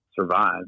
survive